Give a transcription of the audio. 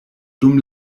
dum